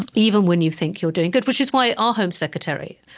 even when you think you are doing good. which is why our home secretary,